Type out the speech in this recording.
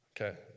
Okay